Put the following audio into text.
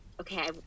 okay